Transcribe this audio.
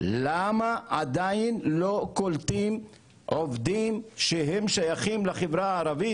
למה עדיין לא קולטים עובדים ששייכים לחברה הערבית,